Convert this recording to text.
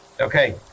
Okay